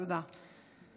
תודה.